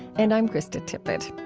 and i'm krista tippett